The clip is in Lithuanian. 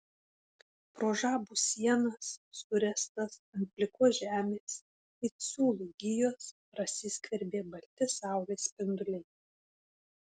pro žabų sienas suręstas ant plikos žemės it siūlų gijos prasiskverbė balti saulės spinduliai